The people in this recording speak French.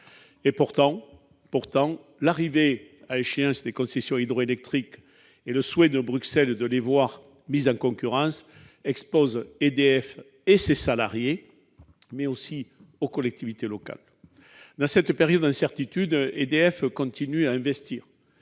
Pourtant, l'arrivée à échéance des concessions et le souhait de Bruxelles de les voir mises en concurrence inquiètent EDF et ses salariés, mais aussi les collectivités territoriales. Dans cette période d'incertitude, EDF continue à investir,